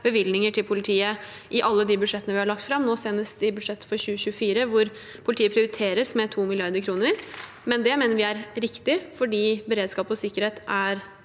bevilgninger til politiet i alle de budsjettene vi har lagt fram, nå senest i budsjettet for 2024, hvor politiet prioriteres med 2 mrd. kr. Men det mener vi er riktig fordi beredskap og sikkerhet er